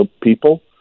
people